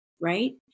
right